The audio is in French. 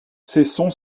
cesson